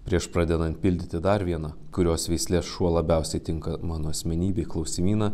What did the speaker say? prieš pradedant pildyti dar vieną kurios veislės šuo labiausiai tinka mano asmenybei klausimyną